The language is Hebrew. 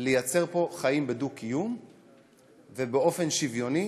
לייצר פה חיים בדו-קיום ובאופן שוויוני